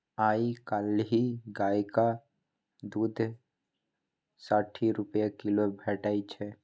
आइ काल्हि गायक दुध साठि रुपा किलो भेटै छै